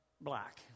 black